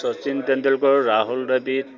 Sachin Tendulkar Rahul Dravid